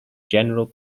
general